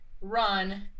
run